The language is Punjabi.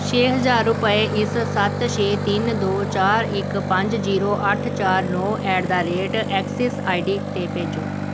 ਛੇ ਹਜ਼ਾਰ ਰੁਪਏ ਇਸ ਸੱਤ ਛੇ ਤਿੰਨ ਦੋ ਚਾਰ ਇੱਕ ਪੰਜ ਜੀਰੋ ਅੱਠ ਚਾਰ ਨੌਂ at the rate axis I D 'ਤੇ ਭੇਜੋ